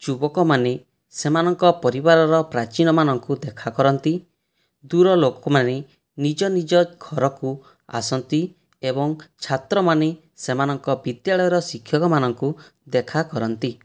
ଯୁବକମାନେ ସେମାନଙ୍କ ପରିବାରର ପ୍ରାଚୀନମାନଙ୍କୁ ଦେଖା କରନ୍ତି ଦୂର ଲୋକମାନେ ନିଜ ନିଜ ଘରକୁ ଆସନ୍ତି ଏବଂ ଛାତ୍ରମାନେ ସେମାନଙ୍କ ବିଦ୍ୟାଳୟର ଶିକ୍ଷକମାନଙ୍କୁ ଦେଖା କରନ୍ତି